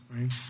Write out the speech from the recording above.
Right